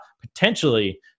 potentially